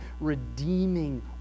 redeeming